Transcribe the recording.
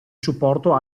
supporto